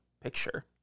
picture